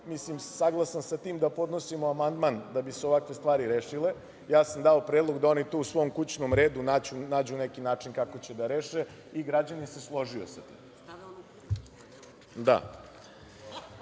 nisam saglasan sa tim da podnosim amandman da bi se ovakve stvari rešile, ja sam dao predlog da oni tu u svom kućnom redu nađu neki način kako će da reše i građanin se složio sa tim. Sada